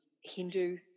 Hindu